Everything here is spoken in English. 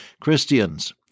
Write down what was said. Christians